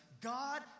God